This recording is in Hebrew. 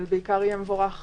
אבל בעיקר יהיה מבורך